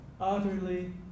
utterly